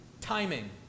timing